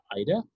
Ida